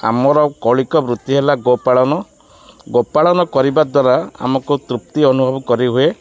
ଆମର କୌଳିକ ବୃତ୍ତି ହେଲା ଗୋପାଳନ ଗୋପାଳନ କରିବା ଦ୍ୱାରା ଆମକୁ ତୃପ୍ତି ଅନୁଭବ କରିହୁଏ